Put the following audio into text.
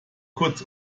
kurz